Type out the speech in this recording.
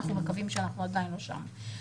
אנחנו מקווים שאנחנו עדיין לא שם.